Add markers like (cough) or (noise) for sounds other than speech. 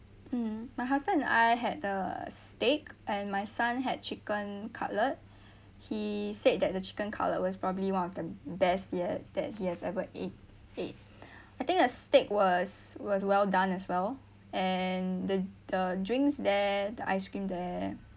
mm my husband and I had the steak and my son had chicken cutlet (breath) he said that the chicken cutlet was probably one of the best yet that he has ever ate ate (breath) I think the steak was was well done as well and the the drinks there the ice cream there